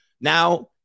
Now